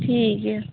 ᱴᱷᱤᱠ ᱜᱮᱭᱟ